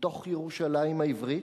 בתוך ירושלים העברית.